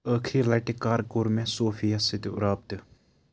ٲخٕری لَٹہِ کَر کوٚر مےٚ صوفِیَس سۭتۍ رٲبطہٕ